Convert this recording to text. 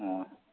ꯑꯣ